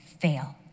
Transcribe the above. fail